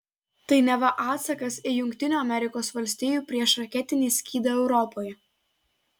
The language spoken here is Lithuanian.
tai neva atsakas į jungtinių amerikos valstijų priešraketinį skydą europoje